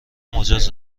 مجاز